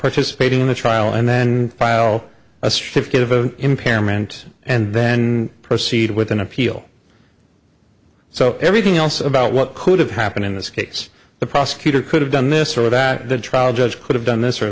participating in the trial and then file a stiff given impairment and then proceed with an appeal so everything else about what could have happened in this case the prosecutor could have done this or that the trial judge could have done this or